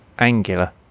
angular